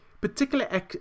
particular